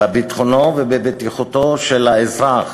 בביטחונו ובבטיחותו של האזרח.